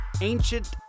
ancient